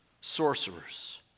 sorcerers